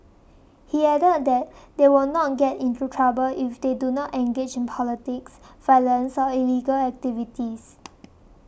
he added that they would not get into trouble if they do not engage in politics violence or illegal activities